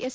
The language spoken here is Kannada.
ಎಸ್